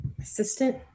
assistant